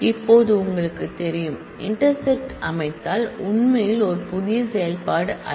இப்போது உங்களுக்குத் தெரியும் இன்டெர்செக்ட் அமைத்தல் உண்மையில் ஒரு புதிய செயல்பாடு அல்ல